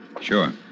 Sure